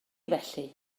felly